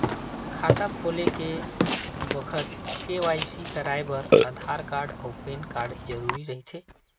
खाता खोले के बखत के.वाइ.सी कराये बर आधार कार्ड अउ पैन कार्ड जरुरी रहिथे